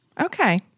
Okay